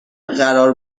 قرار